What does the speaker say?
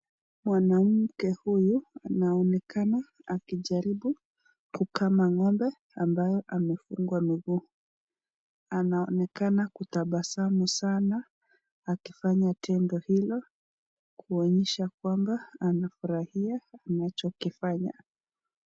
Mwanamke huyu anaonekana akijaribu kukama ng'ombe ambaye amefungwa miguu anaonekana kutabasamu sana akifanya tendo hilo kuonyesha kwamba anafurahia anachokifanya.